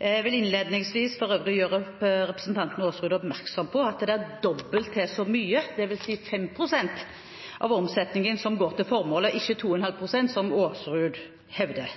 Jeg vil innledningsvis for øvrig gjøre representanten Aasrud oppmerksom på at det er dobbelt så mye, dvs. 5 pst. av omsetningen, som går til formålet – ikke 2,5 pst., som Aasrud hevder.